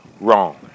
wrong